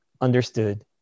understood